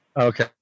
Okay